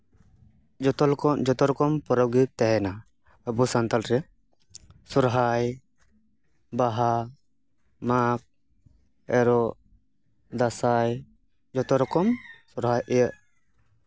ᱡᱚᱛᱚ ᱞᱚᱠᱚᱢ ᱡᱚᱛᱚ ᱨᱚᱠᱚᱢ ᱯᱚᱨᱚᱵᱽ ᱜᱮ ᱛᱟᱦᱮᱱᱟ ᱟᱵᱚ ᱥᱟᱱᱛᱟᱲ ᱨᱮ ᱥᱚᱦᱨᱟᱭ ᱵᱟᱦᱟ ᱢᱟᱜᱷ ᱮᱨᱚᱜ ᱫᱟᱸᱥᱟᱭ ᱡᱚᱛᱚ ᱨᱚᱠᱚᱢ ᱥᱚᱦᱨᱟᱭ ᱤᱭᱟᱹ